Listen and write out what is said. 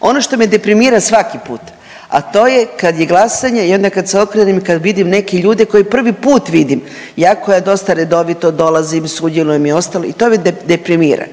Ono što me deprimira svaki put, a to je kad je glasanje i onda kad se okrenem i kad vidim neke ljude koje prvi put vidim, ja koja dosta redovito dolazim, sudjelujem i ostalo i to me deprimira.